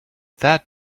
that